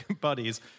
buddies